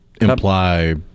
imply